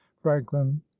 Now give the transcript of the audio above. franklin